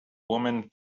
woman